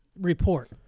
report